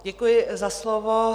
Děkuji za slovo.